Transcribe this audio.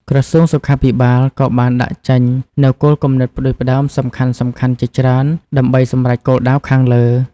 ក្រសួងសុខាភិបាលក៏បានដាក់ចេញនូវគំនិតផ្តួចផ្តើមសំខាន់ៗជាច្រើនដើម្បីសម្រេចគោលដៅខាងលើ។